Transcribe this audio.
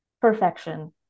Perfection